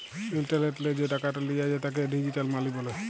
ইলটারলেটলে যে টাকাট লিয়া যায় তাকে ডিজিটাল মালি ব্যলে